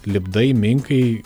lipdai minkai